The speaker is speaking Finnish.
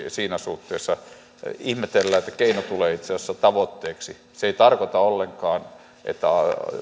siinä suhteessa ja ihmetellään että keino tulee itse asiassa tavoitteeksi se ei tarkoita ollenkaan että